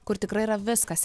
kur tikrai yra viskas